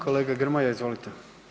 Kolega Grmoja, izvolite.